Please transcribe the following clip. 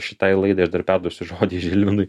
šitai laidai ir dar perduosiu žodį žilvinui